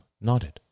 nodded